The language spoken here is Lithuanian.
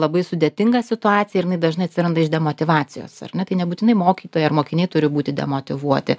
labai sudėtinga situacija ir jinai dažnai atsiranda iš demotyvacijos ar ne tai nebūtinai mokytojai ar mokiniai turi būti demotyvuoti